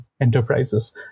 enterprises